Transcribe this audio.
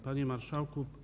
Panie Marszałku!